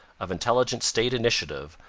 of intelligent state initiative,